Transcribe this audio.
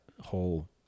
whole